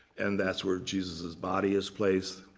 and that's where jesus's body is placed.